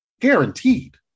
guaranteed